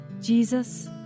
Jesus